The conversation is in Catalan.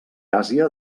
àsia